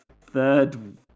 third